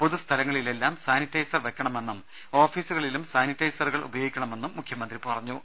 പൊതുസ്ഥലങ്ങളിലെല്ലാം sanitiser വയ്ക്കണമെന്നും ഓഫീസുകളിലും സാനിറ്റൈസറുകൾ ഉപയോഗിക്കണമെന്നും മുഖ്യമന്ത്രി പറഞ്ഞു